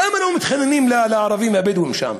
למה לא מתחננים לערבים הבדואים שם?